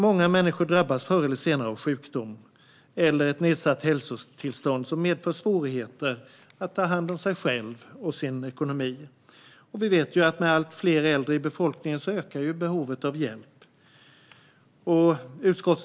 Många människor drabbas förr eller senare av sjukdom eller ett nedsatt hälsotillstånd som medför svårigheter att ta hand om sig själv och sin ekonomi. Vi vet att med allt fler äldre i befolkningen ökar behovet av hjälp.